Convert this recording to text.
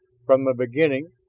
from the beginning,